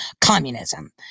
communism